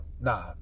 nah